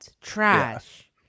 trash